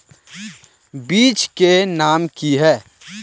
बीज के नाम की है?